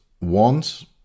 want